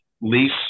lease